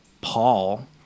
paul